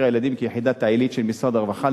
הילדים כיחידת העילית של משרד הרווחה,